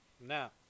now